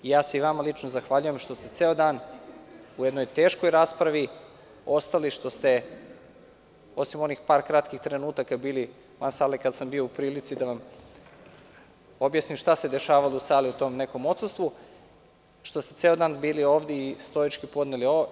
Ja se i vama lično zahvaljujem što ste ceo dan u jednoj teškoj raspravi ostali, što ste, osim onih par kratkih trenutaka kada ste bili van sale, kada sam bio u prilici da vam objasnim šta se dešavalo u sali u tom nekom odsustvu, ceo dan bili ovde i stoički podneli ovo.